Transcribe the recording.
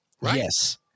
Yes